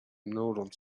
neutron